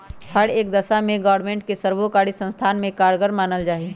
हर एक दशा में ग्रास्मेंट के सर्वकारी संस्थावन में कारगर मानल जाहई